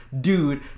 dude